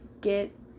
get